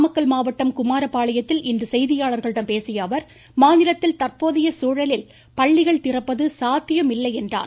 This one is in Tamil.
நாமக்கல் மாவட்டம் குமாரபாளையத்தில் இன்று செய்தியாளர்களிடம் பேசிய அவா் மாநிலத்தில் தற்போதைய சூழலில் பள்ளிகள் திறப்பது சாத்தியமில்லை என்றார்